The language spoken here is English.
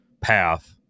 path